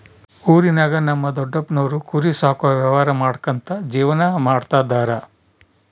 ಊರಿನಾಗ ನಮ್ ದೊಡಪ್ಪನೋರು ಕುರಿ ಸಾಕೋ ವ್ಯವಹಾರ ಮಾಡ್ಕ್ಯಂತ ಜೀವನ ಮಾಡ್ತದರ